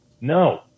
No